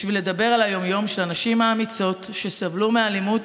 בשביל לדבר על היום-יום של הנשים האמיצות שסבלו מאלימות